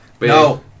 no